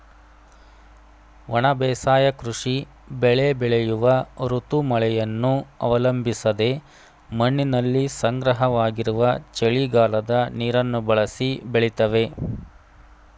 ಒಣ ಬೇಸಾಯ ಕೃಷಿ ಬೆಳೆ ಬೆಳೆಯುವ ಋತು ಮಳೆಯನ್ನು ಅವಲಂಬಿಸದೆ ಮಣ್ಣಿನಲ್ಲಿ ಸಂಗ್ರಹವಾಗಿರುವ ಚಳಿಗಾಲದ ನೀರನ್ನು ಬಳಸಿ ಬೆಳಿತವೆ